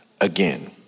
again